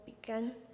began